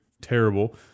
terrible